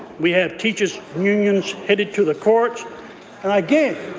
we have teachers' unions headed to the courts and, again,